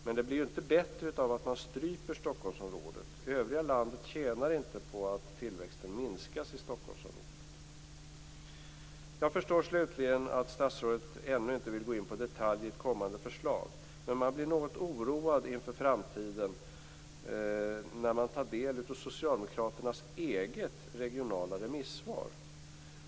Men det blir inte bättre av att man stryper Stockholmsområdet. Övriga landet tjänar inte på att tillväxten minskas i Stockholmsområdet. Jag förstår slutligen att statsrådet ännu inte vill gå in på detaljer i ett kommande förslag, men man blir något oroad inför framtiden när man tar del av Socialdemokraternas eget regionala remissvar.